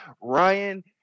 Ryan